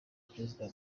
perezida